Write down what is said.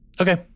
Okay